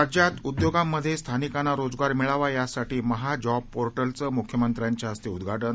राज्यात उद्योगांमधस्थिानिकांना रोजगार मिळावा यासाठी महाजॉब पोर्टलचं मुख्यमंत्र्यांच्या हस्त उद्वाटन